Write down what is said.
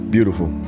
Beautiful